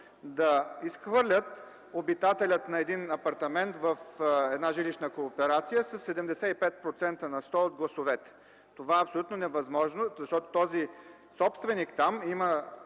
да изхвърлят обитателя на един апартамент в една жилищна кооперация със 75% на сто от гласовете. Това е абсолютно невъзможно, защото този собственик там има